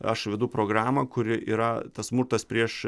aš vedu programą kuri yra tas smurtas prieš